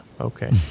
Okay